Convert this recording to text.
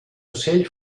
ocell